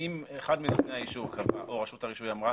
אחד מנותני האישור קבע או רשות הרישוי אמרה